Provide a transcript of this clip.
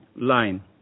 line